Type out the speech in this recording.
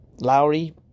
Lowry